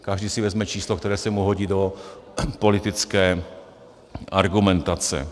Každý si vezme číslo, které se mu hodí do politické argumentace.